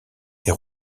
est